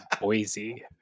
Boise